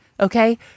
okay